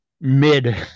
mid